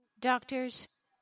doctors